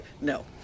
no